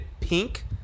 pink